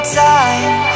time